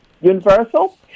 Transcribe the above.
universal